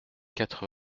quatre